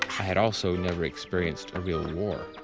i had also never experienced a real war.